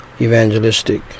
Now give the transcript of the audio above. evangelistic